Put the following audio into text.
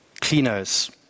cleaners